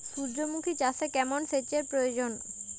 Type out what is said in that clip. সূর্যমুখি চাষে কেমন সেচের প্রয়োজন?